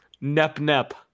Nep-nep